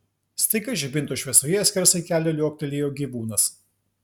staiga žibintų šviesoje skersai kelio liuoktelėjo gyvūnas